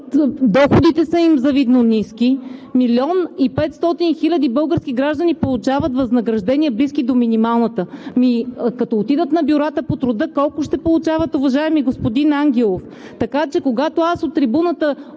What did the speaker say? доходите им са завидно ниски. Милион и 500 хиляди български граждани получават възнаграждения, близки до минималната заплата. Като отидат на бюрата по труда, колко ще получават, уважаеми господин Ангелов? Когато от трибуната